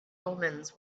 omens